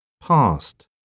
Past